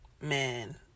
man